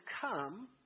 come